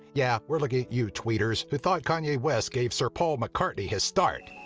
yeah we're looking at you tweeters who thought kanye west gave so paul mccartney his start.